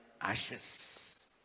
ashes